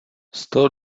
sto